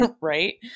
right